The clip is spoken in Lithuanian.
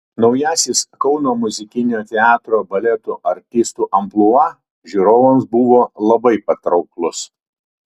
naujasis kauno muzikinio teatro baleto artistų amplua žiūrovams buvo labai patrauklus